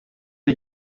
iyi